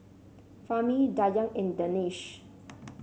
Fahmi Dayang and Danish